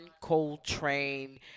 Coltrane